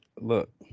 Look